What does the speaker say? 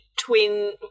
twin